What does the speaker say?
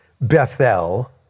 Bethel